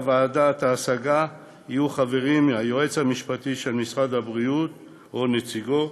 בוועדת ההשגה יהיו חברים היועץ המשפטי של משרד הבריאות או נציגו,